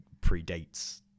predates